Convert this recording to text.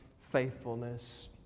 faithfulness